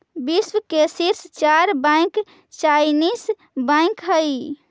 विश्व के शीर्ष चार बैंक चाइनीस बैंक हइ